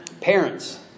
parents